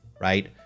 right